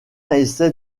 essaie